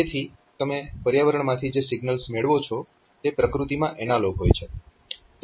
તેથી તમે પર્યાવરણમાંથી જે સિગ્નલ્સ મેળવો છો તે પ્રકૃતિમાં એનાલોગ હોય છે